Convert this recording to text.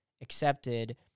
accepted